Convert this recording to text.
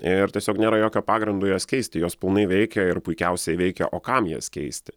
ir tiesiog nėra jokio pagrindo jas keisti jos pilnai veikia ir puikiausiai veikia o kam jas keisti